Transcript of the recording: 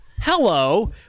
Hello